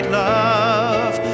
love